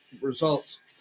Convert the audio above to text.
results